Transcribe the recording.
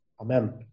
Amen